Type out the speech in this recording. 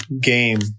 game